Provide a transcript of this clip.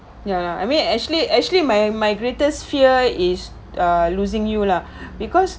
ya lah I mean actually actually my my greatest fear is uh losing you lah because